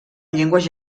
llengües